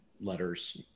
letters